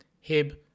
Hib